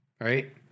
right